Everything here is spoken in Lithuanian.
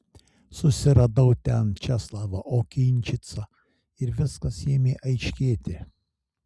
susiradau ten česlovą okinčicą ir viskas ėmė aiškėti